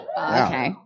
Okay